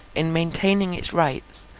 in maintaining its rights,